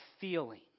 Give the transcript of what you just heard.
feeling